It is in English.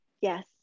Yes